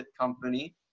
company